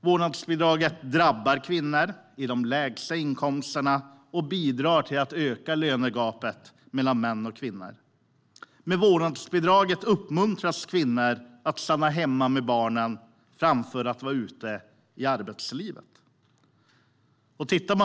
Vårdnadsbidraget drabbar kvinnor med de lägsta inkomsterna och bidrar till att öka lönegapet mellan män och kvinnor. Med vårdnadsbidraget uppmuntras kvinnor att stanna hemma med barnen framför att vara ute i arbetslivet.